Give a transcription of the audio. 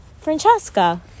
francesca